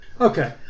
okay